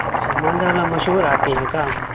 اچھا مالدہ آم مشہور آپ کے یہاں کا